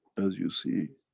as you see,